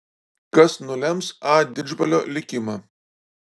kas nulems a didžbalio likimą